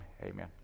amen